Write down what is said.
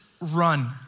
run